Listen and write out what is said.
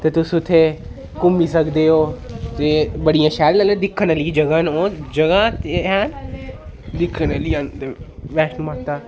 ते तुस उत्थै घूमी सकदे ओ ते बड़ियां शैल दिक्खन आह्लियां जगह् न ओह् जगह ते हैन दिक्खन आह्लियां न ते वैश्णो माता